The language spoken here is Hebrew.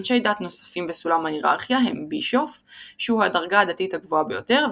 אנשי דת נוספים בסולם ההיררכיה הם בישוף שהוא הדרגה הדתית הגבוהה ביותר,